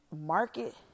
market